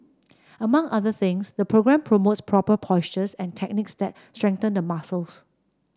among other things the programme promotes proper postures and techniques that strengthen the muscles